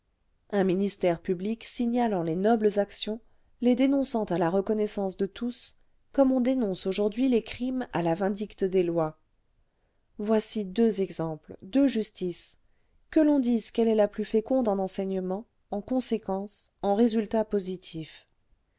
un ministère public signalant les nobles actions les dénonçant à la reconnaissance de tous comme on dénonce aujourd'hui les crimes à la vindicte des lois voici deux exemples deux justices que l'on dise quelle est la plus féconde en enseignements en conséquences en résultats positifs